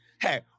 Hey